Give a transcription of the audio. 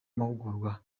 amahugurwa